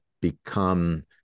become